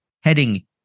heading